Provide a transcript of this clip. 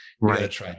Right